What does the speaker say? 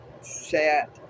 set